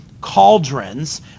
cauldrons